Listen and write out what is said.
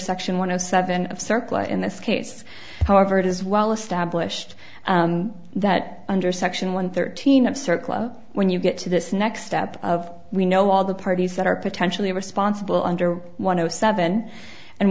section one of seven of circle in this case however it is well established that under section one thirteen of circle when you get to this next step of we know all the parties that are potentially responsible under one of seven and